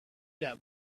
that